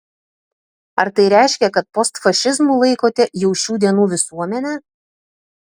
ar tai reiškia kad postfašizmu laikote jau šių dienų visuomenę